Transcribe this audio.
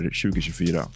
2024